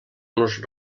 nos